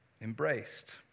embraced